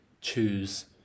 choose